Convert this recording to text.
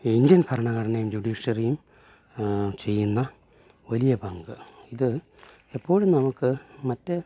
Indian ഭരണഘടനയും ജുഡീഷ്യറിയും ചെയ്യുന്ന വലിയ പങ്ക് ഇത് എപ്പോഴും നമുക്ക് മറ്റ്